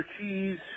cheese